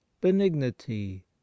benignity